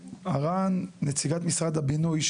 נציגת משרד הבינוי,